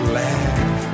laugh